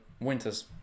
winter's